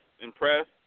impressed